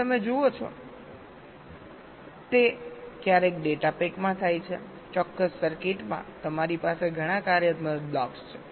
જેમ તમે જુઓ છો તે ક્યારેક ડેટા પેકમાં થાય છે ચોક્કસ સર્કિટમાં તમારી પાસે ઘણા કાર્યાત્મક બ્લોક્સ છે